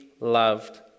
Loved